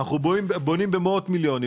אנחנו בונים במאות מיליונים,